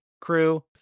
crew